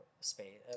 space